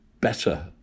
better